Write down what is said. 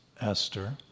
Esther